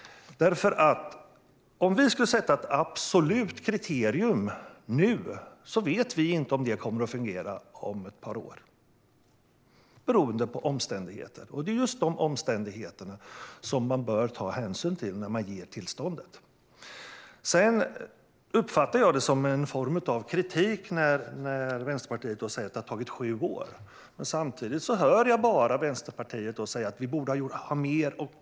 Om vi nu skulle sätta ett absolut kriterium vet vi inte om det kommer att fungera om några år, beroende på omständigheterna - och det är just dessa omständigheter man bör ta hänsyn till när man ger tillstånd. Jag uppfattar det som kritik när Vänsterpartiet säger att det har tagit sju år. Samtidigt hör jag Vänsterpartiet säga att vi borde ha mer.